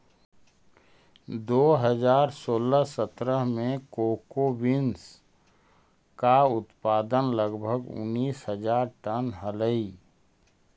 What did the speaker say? दो हज़ार सोलह सत्रह में कोको बींस का उत्पादन लगभग उनीस हज़ार टन हलइ